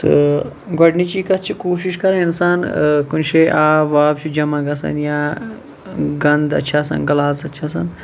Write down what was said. تہٕ گۄڈٕنِچی کَتھ چھِ کوٗشِش کَرٕنۍ اِنسان کُنہٕ جایہِ آب واب چھُ جَمَع گَژھان یا گَندٕ چھِ آسان گَلازَت چھِ آسان